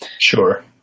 Sure